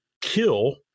kill